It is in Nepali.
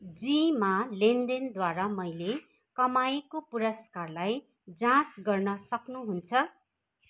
जिमा लेनदेनद्वारा मैले कमाएको पुरस्कारलाई जाँच गर्न सक्नुहुन्छ